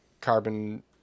carbon